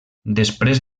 després